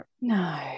No